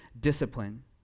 discipline